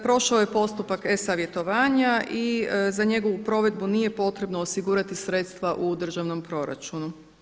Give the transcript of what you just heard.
Prošao je postupak e-savjetovanja i za njegovu provedbu nije potrebno osigurati sredstva u državnom proračunu.